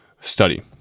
study